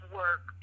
work